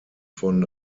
von